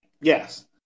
Yes